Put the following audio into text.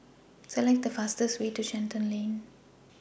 Select The fastest Way to Shenton Lane